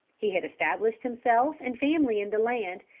he had established himself and family in the land,